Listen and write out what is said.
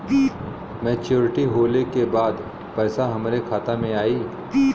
Maturity होले के बाद पैसा हमरे खाता में आई?